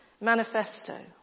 Manifesto